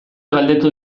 galdetu